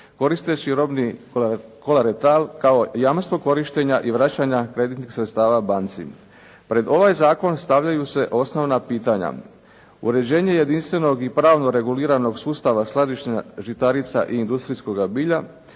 koristeći robni kolaretal kao jamstvo korištenja i vraćanja kreditnih sredstava banci. Pred ovaj zakon stavljaju se osnovna pitanja: Uređenje jedinstvenog i pravno reguliranog sustava skladištenja žitarica i industrijskoga bilja,